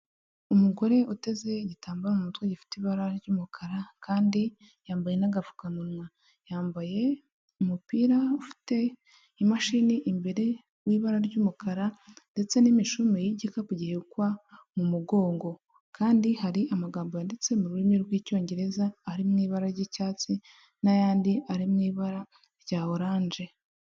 Umugore uteze igitambaro mu mutwe gifite ibara ry'umukara kandi yambaye n'agapfukamunwa. Yambaye umupira ufite imashini imbere w'ibara ry'umukara ndetse n'imishumi y'igikapu gihekwa mu mugongo. Kandi hari amagambo yanditse mu rurimi rw'Icyongereza ari mu ibara ry'icyatsi n'ayandi ari mu ibara rya oranje.